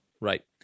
Right